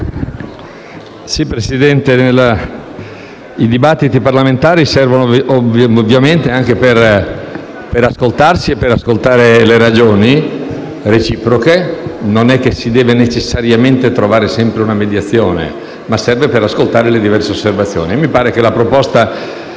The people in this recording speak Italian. Presidente, i dibattiti parlamentari servono ovviamente anche per ascoltarsi e per ascoltare le ragioni reciproche; non è che si deve necessariamente trovare una mediazione, ma questo serve per ascoltare le diverse osservazioni. Mi pare che la proposta